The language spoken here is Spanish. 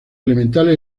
elementales